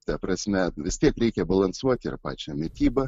ta prasme vis tiek reikia balansuoti ir pačią mitybą